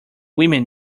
women